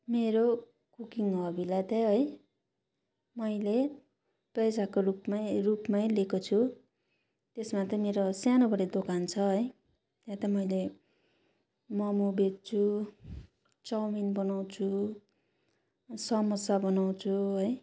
मेरो कुकिङ हबीलाई त है मैले पैसाको रूपमै रूपमै लिएको छु त्यसमा त मेरो सानोबाट दोकान छ है त्यहाँ त मैले मम बेच्छु चौमिन बनाउँछु समोसा बनाउँछु है